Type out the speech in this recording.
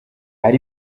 hari